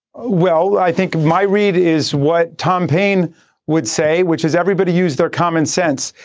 ah well, i think my read is what tom paine would say, which is everybody use their common sense.